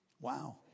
Wow